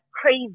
crazy